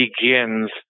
begins